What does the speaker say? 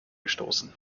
gestoßen